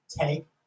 take